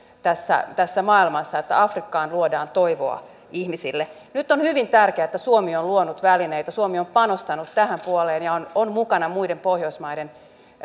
tässä tässä maailmassa että afrikkaan luodaan toivoa ihmisille nyt on hyvin tärkeää että suomi on luonut välineitä suomi on panostanut tähän puoleen ja on on mukana muiden pohjoismaiden